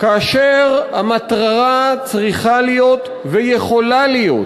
כאשר המטרה צריכה להיות ויכולה להיות